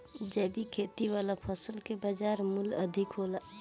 जैविक खेती वाला फसल के बाजार मूल्य अधिक होला